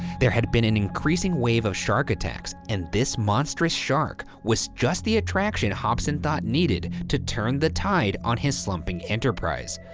there had been an increasing wave of shark attacks and this monstrous shark was just the attraction hobson thought needed to turn the tide on his slumping enterprise.